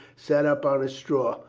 sat up on his straw.